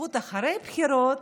ליכוד אחרי בחירות